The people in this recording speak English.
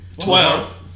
Twelve